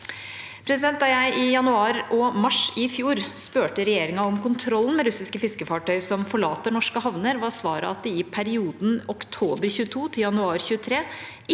kontroll. Da jeg i januar og mars i fjor spurte regjeringa om kontrollen med russiske fiskefartøy som forlater norske havner, var svaret at det i perioden oktober 2022 til januar 2023 ikke